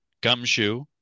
gumshoe